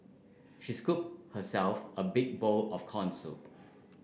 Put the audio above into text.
she scooped herself a big bowl of corn soup